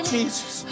Jesus